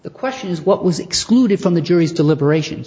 the question is what was excluded from the jury's deliberation